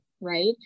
right